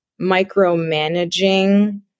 micromanaging